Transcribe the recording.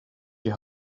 die